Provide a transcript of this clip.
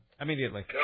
Immediately